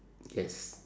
yes